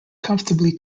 comfortably